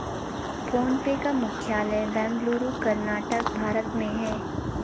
phone पे का मुख्यालय बेंगलुरु, कर्नाटक, भारत में है